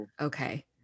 Okay